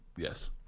Yes